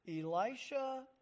Elisha